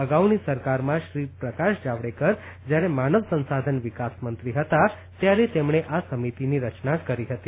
અગાઉની સરકારમાં શ્રી પ્રકાશ જાવડેકર જ્યારે માનવ સંસાધન વિકાસમંત્રી હતા ત્યારે તેમણે આ સમિતિની રચના કરી હતી